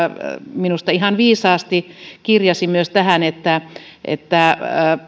minusta ihan viisaasti kirjasi myös tähän että että